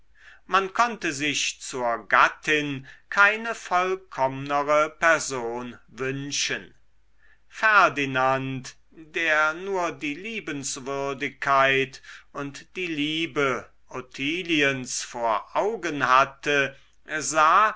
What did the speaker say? man konnte sich zur gattin keine vollkommnere person wünschen ferdinand der nur die liebenswürdigkeit und die liebe ottiliens vor augen hatte sah